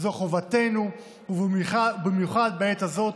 מחובתנו, במיוחד בעת הזאת,